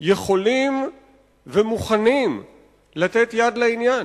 יכולים ומוכנים לתת יד לעניין.